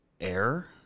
Air